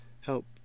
help